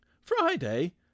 Friday